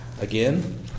Again